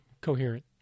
coherent